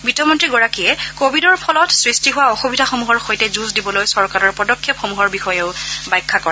বিত্তমন্ত্ৰীগৰাকীয়ে কয় যে কোৱিডৰ ফলত সৃষ্টি হোৱা অসুবিধাসমূহৰ সৈতে যুঁজ দিবলৈ চৰকাৰৰ পদক্ষেপসমূহৰ বিষয়েও ব্যাখ্যা কৰে